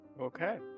Okay